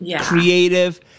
creative